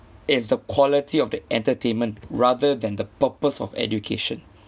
is the quality of the entertainment rather than the purpose of education